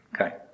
Okay